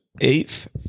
Eighth